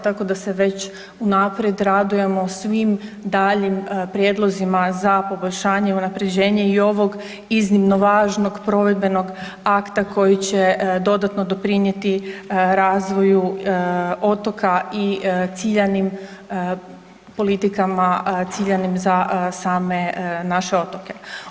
Tako da se već unaprijed radujemo svim daljim prijedlozima za poboljšanje, unapređenje i ovog iznimno važnog provedbenog akta koji će dodatno doprinijeti razvoju otoka i ciljanim politikama, ciljanim za same naše otoke.